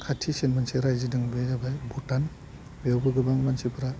खाथिसिन मोनसे रायजो दं बे जाबाय भुटान बेयावबो गोबां मानसिफ्रा